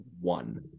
one